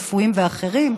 רפואיים ואחרים.